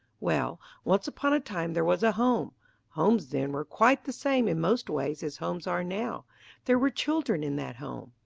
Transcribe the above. well, once upon a time there was a home homes then were quite the same in most ways as homes are now there were children in that home.